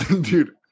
Dude